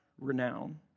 renown